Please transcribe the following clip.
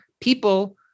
people